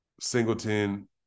Singleton